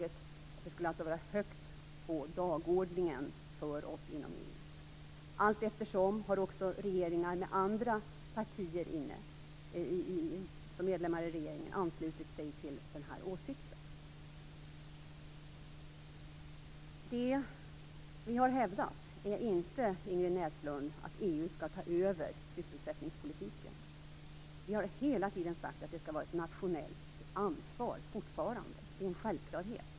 Det skall alltså vara högt på dagordningen för oss inom EU. Allteftersom har också regeringar med andra partier som medlemmar anslutit sig till denna åsikt. Det vi har hävdat är inte att EU skall ta över sysselsättningspolitiken, Ingrid Näslund. Vi har hela tiden sagt att den fortfarande skall vara ett nationellt ansvar - det är en självklarhet.